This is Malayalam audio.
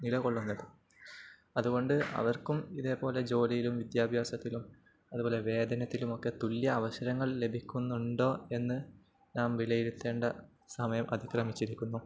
നിലകൊള്ളുന്നത് അതുകൊണ്ട് അവർക്കും ഇതേപോലെ ജോലിയിലും വിദ്യാഭ്യാസത്തിലും അതുപോലെ വേതനത്തിലുമൊക്കെ തുല്യ അവസരങ്ങൾ ലഭിക്കുന്നുണ്ടോ എന്നു നാം വിലയിരുത്തേണ്ട സമയം അതിക്രമിച്ചിരിക്കുന്നു